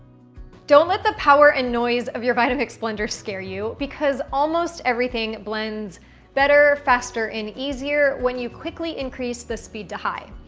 don't let the power and noise of your vitamix blender scare you because almost everything blends better, faster, and easier when you quickly increase the speed to high.